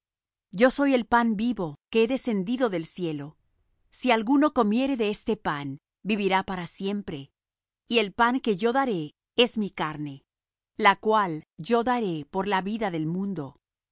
yo soy el pan vivo que he descendido del cielo si alguno comiere de este pan vivirá para siempre y el pan que yo daré es mi carne la cual yo daré por la vida del mundo